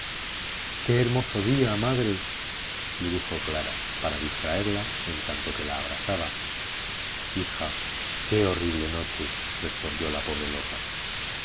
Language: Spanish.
qué hermoso día madre le dijo clara para distraerla en tanto que la abrazaba hija qué horrible noche respondió la pobre loca